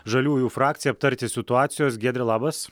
žaliųjų frakcija aptarti situacijos giedre labas